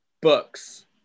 Books